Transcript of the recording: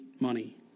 money